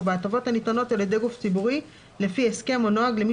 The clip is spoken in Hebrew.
בהטבות הניתנות על ידי גוף ציבורי לפי הסכם או נוהג למי